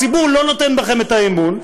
הציבור לא נותן בכם את האמון,